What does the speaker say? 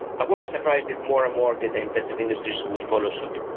i won't be surprised if more and more data-intensive industries would follow suite,